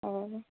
অঁ